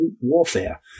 warfare